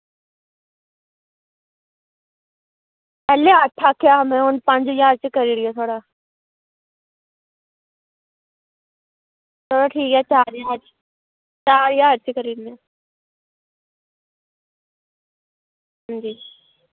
पैह्लैं अट्ट आक्खेआ हा हून पंज ज्हार च करी ओड़गे तुहाड़ा हां ठीक ऐ चार ज्हार चार ज्हार त करी ओड़नें आं ठीक ऐ